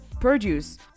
produce